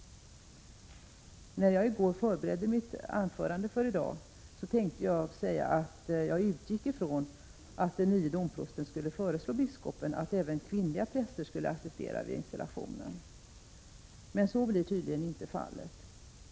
När jag i går förberedde mitt anförande för i dag, tänkte jag säga att jag utgick ifrån att den nye domprosten skulle föreslå biskopen att även kvinnliga präster skulle assistera vid installationen. Men så blir tydligen inte fallet.